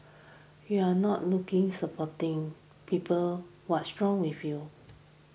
you are not looking supporting people what's wrong with you